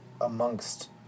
amongst